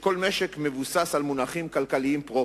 שכל משק מבוסס על מונחים כלכליים פרופר,